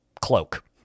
cloak